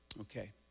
Okay